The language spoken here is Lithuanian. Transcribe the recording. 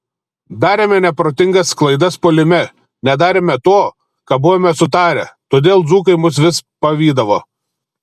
darėme neprotingas klaidas puolime nedarėme to ką buvome sutarę todėl dzūkai mus vis pavydavo